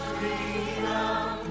freedom